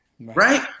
Right